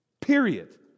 period